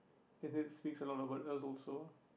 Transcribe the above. guess that speaks a lot about us also